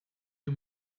you